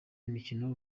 imikino